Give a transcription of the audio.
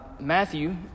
Matthew